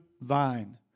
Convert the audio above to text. vine